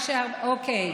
זה היה משה ארבל, אוקיי.